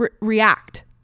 react